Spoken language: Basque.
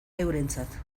eurentzat